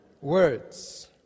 Words